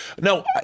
No